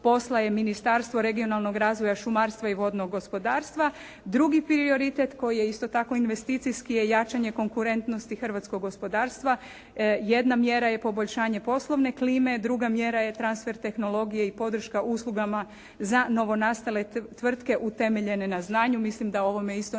posla je Ministarstvo regionalnog razvoja, šumarstva i vodnog gospodarstva. Drugi prioritet koji je isto tako investicijski je jačanje konkurentnosti hrvatskog gospodarstva. Jedna mjera je poboljšanje poslovne klime, druga mjera je transfer tehnologije i podrška uslugama za novonastale tvrtke utemeljene na znanju. Mislim da ovome isto ne